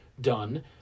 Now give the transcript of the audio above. done